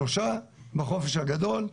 שלושה בחופש הגדול,